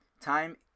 Time